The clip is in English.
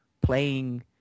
playing